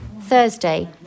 Thursday